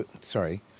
sorry